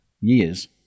years